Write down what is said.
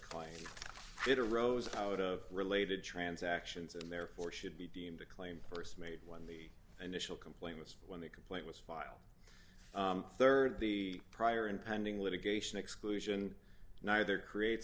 claim it arose out of related transactions and therefore should be deemed a claim st made when the initial complaint was when the complaint was filed rd the prior and pending litigation exclusion neither creates